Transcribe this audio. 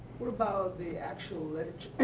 what about the actual